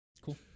Cool